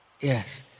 yes